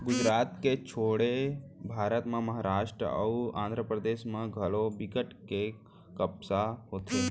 गुजरात के छोड़े भारत म महारास्ट अउ आंध्रपरदेस म घलौ बिकट के कपसा होथे